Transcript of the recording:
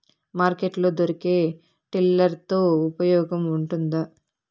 Market లో దొరికే tiller తో ఉపయోగం ఉంటుందా?